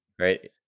Right